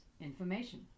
information